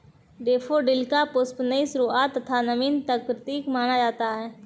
daffodil का पुष्प नई शुरुआत तथा नवीन का प्रतीक माना जाता है